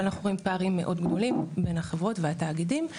אבל אנחנו רואים פערים מאוד גדולים בין החברות והתאגידים,